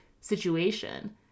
situation